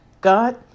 God